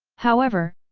however,